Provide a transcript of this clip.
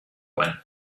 when